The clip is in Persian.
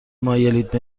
مایلید